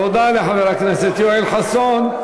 תודה לחבר הכנסת יואל חסון.